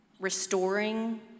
restoring